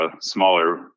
smaller